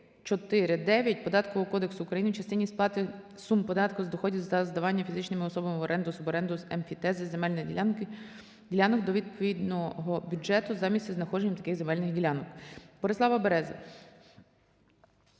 Податкового кодексу України в частині сплати сум податку з доходів за здавання фізичними особами в оренду (суборенду, емфітевзис) земельних ділянок, до відповідного бюджету за місцезнаходженням таких земельних ділянок. Борислава Берези